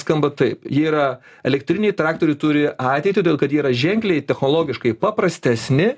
skamba taip jie yra elektriniai traktoriai turi ateitį todėl kad yra ženkliai technologiškai paprastesni